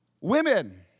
women